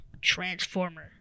Transformer